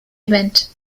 event